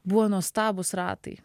buvo nuostabūs ratai